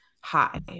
hi